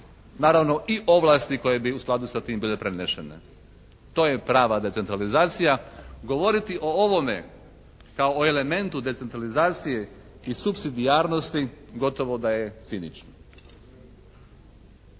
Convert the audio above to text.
Naravno i odnose koje bi u skladu sa tim bile prenešene. To je prava decentralizacija. Govoriti o ovome kao o elementu decentralizacije i subsidijarnosti gotovo da je cinično.